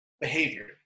behavior